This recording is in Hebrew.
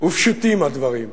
ופשוטים הדברים וחיים,